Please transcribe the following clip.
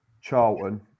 Charlton